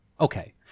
Okay